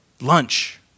lunch